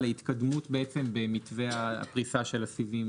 על ההתקדמות בעצם במתווה הפריסה של הסיבים האופטיים.